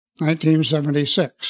1976